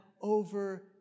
over